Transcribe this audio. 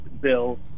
bill